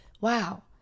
wow